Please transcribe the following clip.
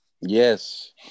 Yes